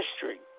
history